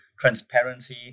transparency